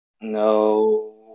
no